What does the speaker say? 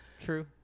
True